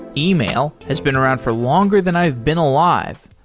email has been around for longer than i've been alive,